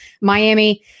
Miami